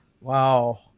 Wow